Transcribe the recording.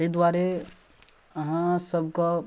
ताहि दुआरे अहाँसभके